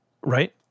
Right